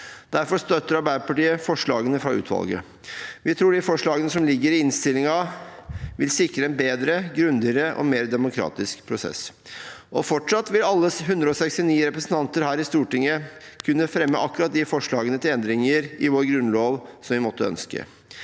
Derfor støtter Arbeiderpartiet forslagene fra utvalget. Vi tror de forslagene som ligger i innstillingen, vil sikre en bedre, grundigere og mer demokratisk prosess. Fortsatt vil alle 169 representanter her i Stortinget kunne fremme akkurat de forslagene til endringer i vår grunnlov de måtte ønske.